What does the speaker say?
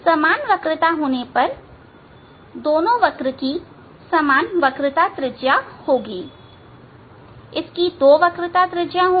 समान वक्रता होने पर दोनों वक्र की समान वक्रता त्रिज्या होगी इसकी दो वक्रता त्रिज्या होंगी